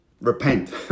Repent